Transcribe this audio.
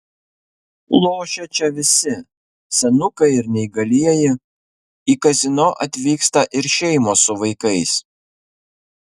lošia čia visi senukai ir neįgalieji į kazino atvyksta ir šeimos su vaikais